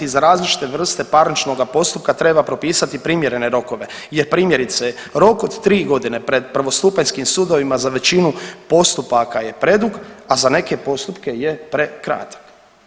Za različite vrste parničnoga postupka treba propisati primjerene rokove, jer primjerice rok od tri godine pred prvostupanjskim sudovima za većinu postupaka je predug, a za neke postupke je prekratak.